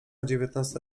dziewiętnasta